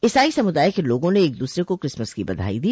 ईसाई समुदाय के लोगों ने एक दूसरे को क्रिसमस की बधाई दी